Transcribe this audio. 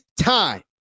time